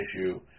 issue